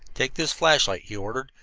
take this flashlight, he ordered.